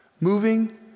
Moving